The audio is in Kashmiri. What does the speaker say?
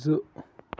زٕ